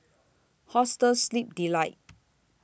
Hostel Sleep Delight